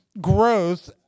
Growth